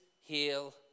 heal